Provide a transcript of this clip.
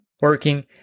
working